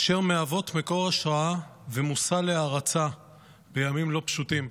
אשר מהוות מקור השראה ומושא להערצה בימים לא פשוטים.